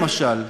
למשל,